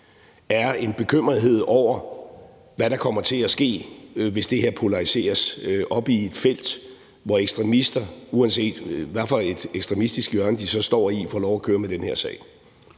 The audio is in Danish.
er en bekymrethed over, hvad der kommer til at ske, hvis det her polariseres op i et felt, hvor ekstremister, uanset hvad for et ekstremistisk hjørne de så står i, får lov at køre med den her sag.